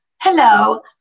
hello